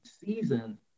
season